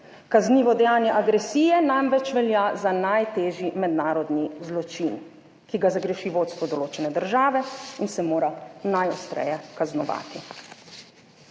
Kaznivo dejanje agresije namreč velja za najtežji mednarodni zločin, ki ga zagreši vodstvo določene države in se mora najostreje kaznovati.